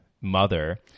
mother